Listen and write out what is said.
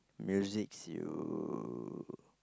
musics you